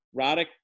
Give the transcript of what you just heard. Roddick